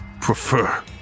prefer